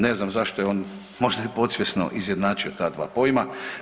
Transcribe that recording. Ne znam zašto je on, možda je podsvjesno izjednačio ta dva pojma.